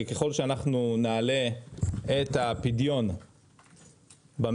כי ככל שאנחנו נעלה את הפדיון במשק,